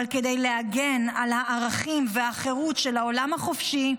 אבל כדי להגן על הערכים והחירות של העולם החופשי,